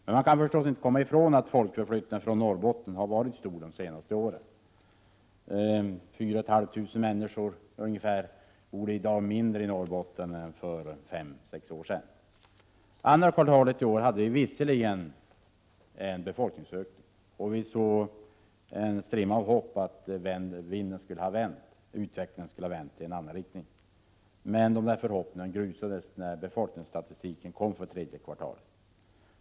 Man kan dock inte komma ifrån att folkförflyttningen från Norrbotten har varit stor de senaste åren. I dag bor det ungefär 4 500 färre människor i Norrbotten än för fem sex år sedan. Andra kvartalet i år hade vi visserligen en 63 befolkningsökning, och vi såg en strimma av hopp att utvecklingsvinden skulle ha vänt i en annan riktning. Men den förhoppningen grusades när befolkningsstatistiken för tredje kvartalet kom.